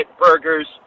burgers